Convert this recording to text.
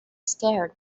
scared